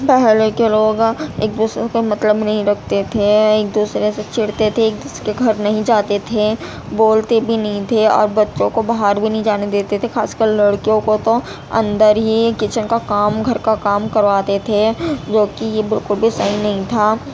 پہلے کے لوگ ایک دوسرے کو مطلب نہیں رکھتے تھے ایک دوسرے سے چڑھتے تھے ایک دوسرے کے گھر نہیں جاتے تھے بولتے بھی نہیں تھے اور بچوں کو باہر بھی نہیں جانے دیتے تھے خاص کر لڑکیوں کو تو اندر ہی کچن کا کام گھر کا کام کرواتے تھے جوکہ یہ بالکل بھی صحیح نہیں تھا